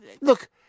look